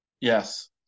Yes